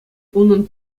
унӑн